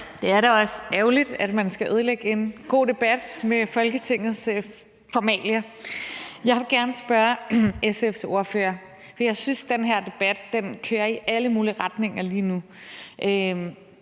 Det er da også ærgerligt, at man skal ødelægge en god debat med Folketingets formalia. Jeg vil gerne spørge SF's ordfører om noget, for jeg synes, den her debat kører i alle mulige retninger lige nu.